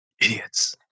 idiots